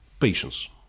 Patience